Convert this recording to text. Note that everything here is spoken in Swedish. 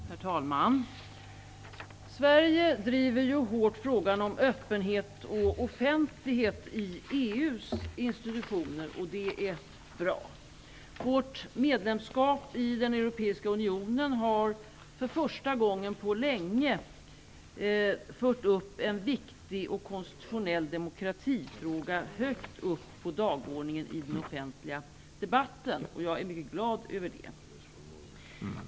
Herr talman! Sverige driver ju hårt frågan om öppenhet och offentlighet i EU:s institutioner, och det är bra. Vårt medlemskap i den europeiska unionen har för första gången på länge fört en viktig och konstitutionell demokratifråga högt upp på dagordningen i den offentliga debatten. Jag är mycket glad över det.